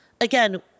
Again